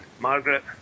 Margaret